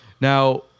Now